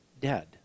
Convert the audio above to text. dead